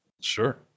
sure